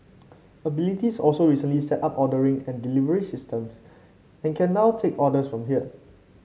abilities also recently set up ordering and delivery systems and can now take orders from here